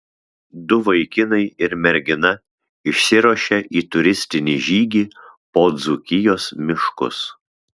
du vaikinai ir mergina išsiruošia į turistinį žygį po dzūkijos miškus